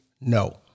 no